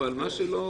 אבל מה שלא